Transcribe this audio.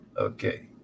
okay